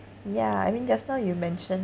ya I mean just now you mentioned